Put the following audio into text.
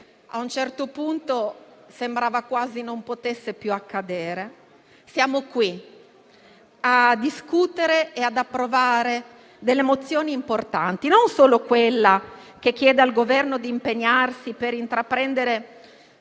a un certo punto sembrava quasi non potesse più accadere - siamo qui a discutere e ad approvare delle mozioni importanti, non solo quella che chiede al Governo di impegnarsi per farsi